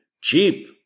cheap